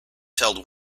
held